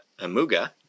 Amuga